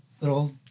little